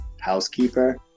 housekeeper